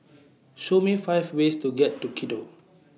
Show Me five ways to get to Quito